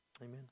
Amen